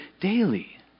daily